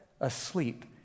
Asleep